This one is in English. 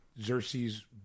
Xerxes